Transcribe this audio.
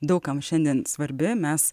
daug kam šiandien svarbi mes